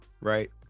right